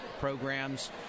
programs